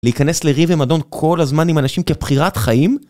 להיכנס לריב ומדון כל הזמן עם אנשים כבחירת חיים?